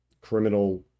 criminal